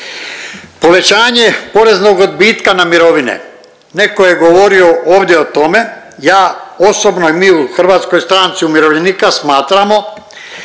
Povećanje poreznog odbitka na mirovine, neko je govorio ovdje o tome, ja osobno i mi u HSU smatramo da i to